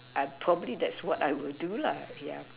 I probably that's what I would do lah yeah